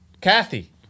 Kathy